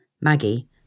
Maggie